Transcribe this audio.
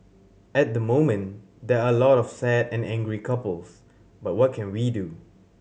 at the moment there are a lot of sad and angry couples but what can we do